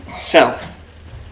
self